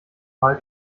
mal